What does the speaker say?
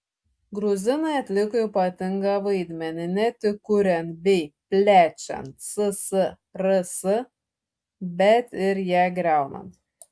gruzinai atliko ypatingą vaidmenį ne tik kuriant bei plečiant ssrs bet ir ją griaunant